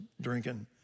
drinking